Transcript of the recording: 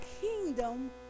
kingdom